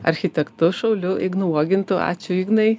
architektu šauliu ignu uogintu ačiū ignai